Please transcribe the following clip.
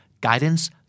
Guidance